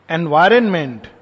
environment